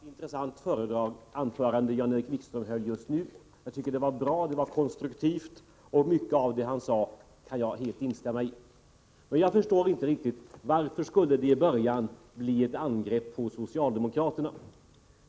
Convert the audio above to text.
Herr talman! Det var ett intressant anförande som Jan-Erik Wikström höll. Det var bra och konstruktivt, och jag kan helt instämma i mycket av det han sade. Men jag förstår inte riktigt varför det i början innehöll ett angrepp på socialdemokraterna.